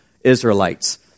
Israelites